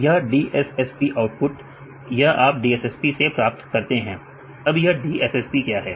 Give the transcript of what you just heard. यह DSSP output यह आप DSSP से प्राप्त करते हैं अब यह DSSP क्या है